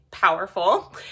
powerful